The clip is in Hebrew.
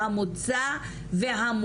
כלומר,